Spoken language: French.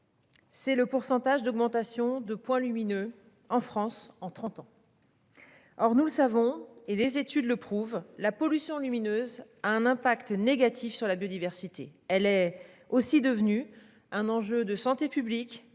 C'est le pourcentage d'augmentation de points lumineux en France en 30 ans. Or nous savons et les études le prouvent la pollution lumineuse, a un impact négatif sur la biodiversité. Elle est aussi devenue un enjeu de santé publique